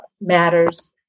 matters